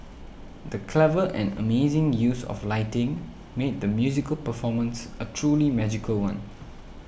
the clever and amazing use of lighting made the musical performance a truly magical one